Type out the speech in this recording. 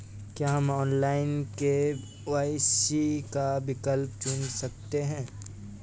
क्या हम online KYC का विकल्प चुन सकते हैं?